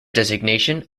designation